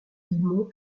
limon